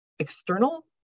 external